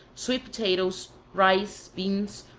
sweet potatoes, rice, beans,